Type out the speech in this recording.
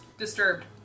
Disturbed